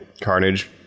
Carnage